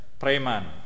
Preman